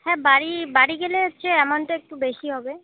হ্যাঁ বাড়ি বাড়ি গেলে হচ্ছে অ্যামাউন্টটা একটু বেশি হবে